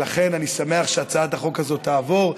ולכן אני שמח שהצעת החוק הזאת תעבור,